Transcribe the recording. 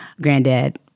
Granddad